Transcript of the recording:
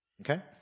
okay